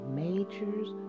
majors